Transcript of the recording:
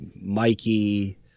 Mikey